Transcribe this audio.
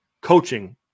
coaching